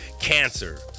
cancer